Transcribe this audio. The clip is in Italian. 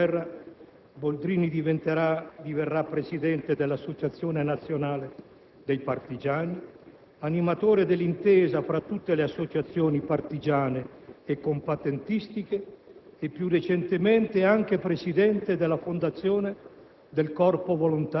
Alla fine della guerra, Boldrini diverrà presidente dell'Associazione nazionale partigiani d'Italia, animatore dell'intesa fra tutte le associazioni partigiane e combattentistiche e, più recentemente, anche presidente della Fondazione